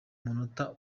munota